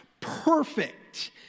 perfect